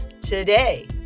today